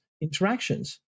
interactions